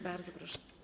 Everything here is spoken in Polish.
Bardzo proszę.